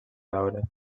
veure